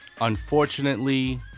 unfortunately